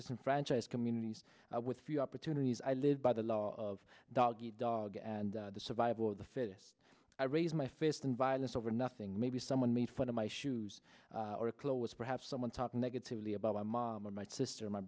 disenfranchised communities with few opportunities i live by the law of dog eat dog and the survival of the fittest i raise my fist in violence over nothing maybe someone made fun of my shoes or clothes perhaps someone talking negatively about my mom or my sister my